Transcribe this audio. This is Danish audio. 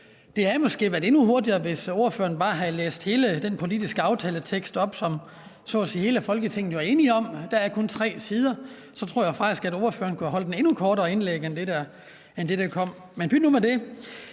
Det havde måske været hurtigere, at ordføreren bare havde læst hele den politiske aftaletekst op, som så at sige hele Folketinget jo er enige om. Der er kun tre sider. Så jeg tror faktisk, at ordføreren kunne have holdt et endnu kortere indlæg end det, der kom. Men pyt nu med det.